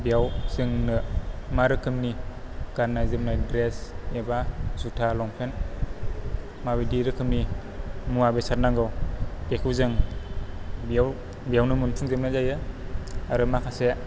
बेयाव जोंनो मा रोखोमनि गाननाय जोमनाय द्रेस एबा जुथा लंपेन्ट माबायदि रोखोमनि मुवा बेसाद नांगौ बेखौ जों बेयाव बेयावनो मोनफुं जोबनाय जायो आरो माखासे